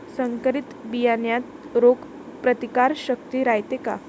संकरित बियान्यात रोग प्रतिकारशक्ती रायते का?